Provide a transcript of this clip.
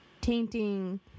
tainting